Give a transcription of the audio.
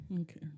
Okay